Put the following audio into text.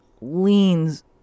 leans